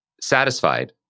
satisfied